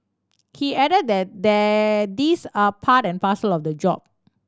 he added that these are part and parcel of the job